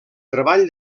treball